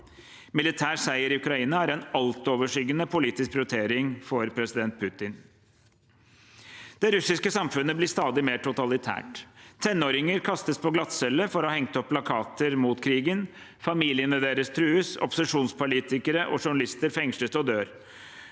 Militær seier i Ukraina er en altoverskyggende politisk prioritering for president Putin. Det russiske samfunnet blir stadig mer totalitært. Tenåringer kastes på glattcelle for å ha hengt opp plakater mot krigen, familiene deres trues, opposisjonspolitikere og journalister fengsles og dør.